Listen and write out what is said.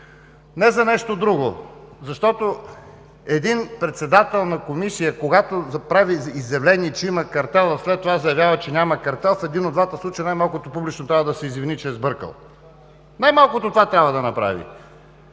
Не за нещо друго, а защото когато един председател на комисия прави изявление, че има картел, а след това заявява, че няма картел, в един от двата случая поне трябва да се извини, че е сбъркал. Най-малкото това трябва да направи,